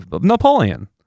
Napoleon